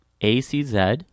A-C-Z